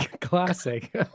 Classic